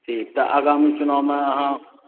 ठीक टी आगामी चुनावमे अहाँ